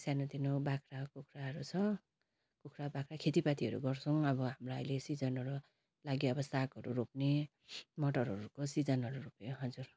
सानो तिनो बाख्रा कुखुराहरू छ कुखुरा बाख्रा खेती पातीहरू गर्छौँ अब हाम्रो अहिले सिजनहरू लाग्यो अब सागहरू रोप्ने मटरहरूको सिजनहरू रोप्यो हजुर